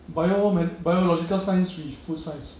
biomedi~ biological science with food science